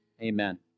Amen